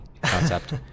concept